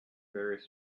various